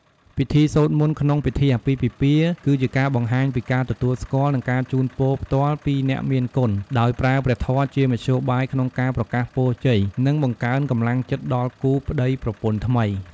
ពិធីសូត្រមន្តក្នុងពិធីអាពាហ៍ពិពាហ៍ គឺជាការបង្ហាញពីការទទួលស្គាល់ និងការជូនពរផ្ទាល់ពីអ្នកមានគុណ ដោយប្រើព្រះធម៌ជាមធ្យោបាយក្នុងការប្រកាសពរជ័យ និងបង្កើនកម្លាំងចិត្តដល់គូប្ដីប្រពន្ធថ្មី។